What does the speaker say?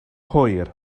hwyr